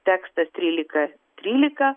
tekstą trylika trylika